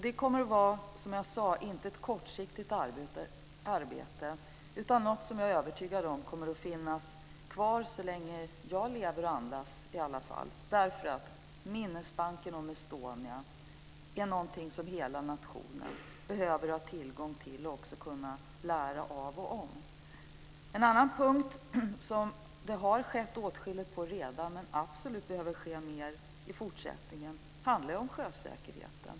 Det kommer att vara inte ett kortsiktigt arbete utan något som jag är övertygad om kommer att finnas kvar så länge jag lever och andas. Minnesbanken om Estonia är något som hela nationen behöver ha tillgång till och behöver lära av och om. En annan punkt där det har skett åtskilligt redan men där det absolut behöver ske mer i fortsättningen handlar om sjösäkerheten.